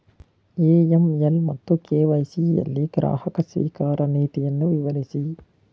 AML ಮತ್ತು KYC ಯಲ್ಲಿ ಗ್ರಾಹಕ ಸ್ವೀಕಾರ ನೀತಿಯನ್ನು ವಿವರಿಸಿ?